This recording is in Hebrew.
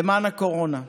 למען המאבק בקורונה: